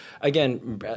again